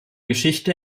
geschichte